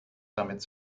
damit